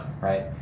right